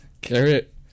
Carrot